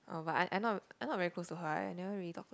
oh but I I not I not very close to her I never really talk to her